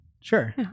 sure